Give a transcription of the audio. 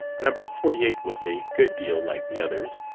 number forty eight was a good deal like the others.